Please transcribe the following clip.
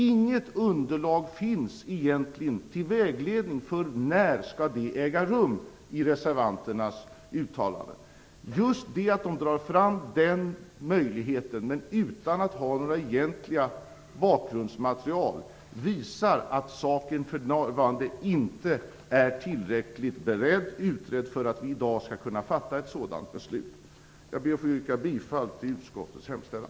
Inget undantag finns egentligen i reservanternas uttalande till vägledning för när det skall äga rum. Det förhållandet att man pekar på den möjligheten utan att ha något egentligt bakgrundsmaterial visar att saken för närvarande inte är tillräckligt beredd för att vi skall kunna fatta ett sådant beslut. Jag ber att få yrka bifall till utskottets hemställan.